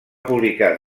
publicar